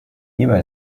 hierbei